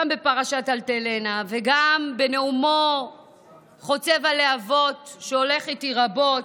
גם בפרשת אלטלנה וגם בנאומו חוצב הלהבות שהולך איתי רבות,